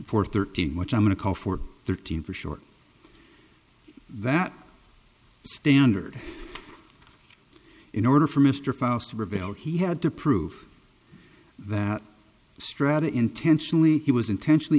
for thirteen which i'm going to call for thirteen for short that standard in order for mr files to prevail he had to prove that strata intentionally he was intentionally